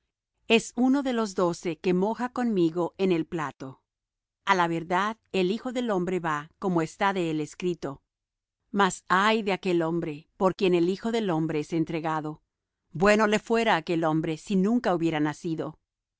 es uno de los doce que moja conmigo en el plato a la verdad el hijo del hombre va como está de él escrito mas ay de aquel hombre por quien el hijo del hombre es entregado bueno le fuera á aquel hombre si nunca hubiera nacido